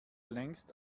längst